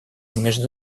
между